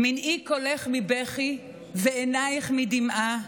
"מנעי קולך מבכי ועיניך מדמעה,